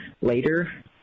later